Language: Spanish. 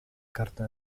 carta